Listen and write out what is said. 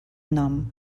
nom